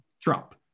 Trump